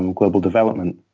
and global development,